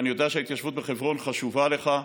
אני יודע שההתיישבות בחברון חשובה לך.